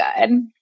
good